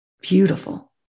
Beautiful